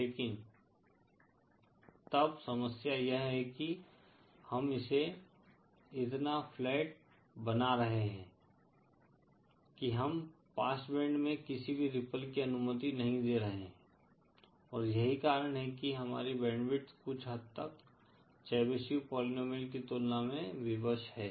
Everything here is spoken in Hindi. लेकिन तब समस्या यह है कि हम इसे इतना फ्लैट बना रहे हैं कि हम पास्ट बैंड में किसी भी रिप्पल की अनुमति नहीं दे रहे हैं और यही कारण है कि हमारी बैंडविड्थ कुछ हद तक चेबीशेव पोलीनोमिअल की तुलना में विवश है